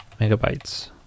megabytes